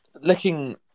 looking